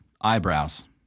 eyebrows